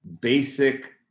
basic